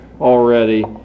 already